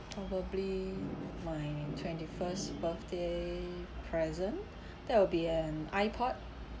probably my twenty first birthday present that will be an ipod